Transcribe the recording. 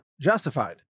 justified